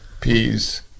peas